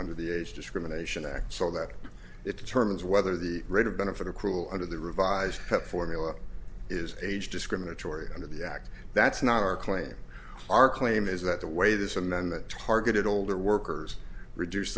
under the age discrimination act so that it determines whether the rate of benefit of cruel under the revised formula is age discriminatory and of the act that's not our claim our claim is that the way this amendment targeted older workers reduce